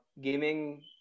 gaming